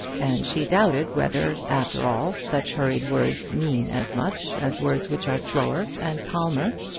and she doubted whether, after all, such hurried words mean as much as words which are slower and calmer.